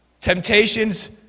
temptations